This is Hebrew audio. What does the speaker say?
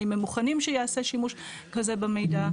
האם הם מוכנים שיעשה שימוש כזה במידע.